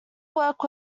work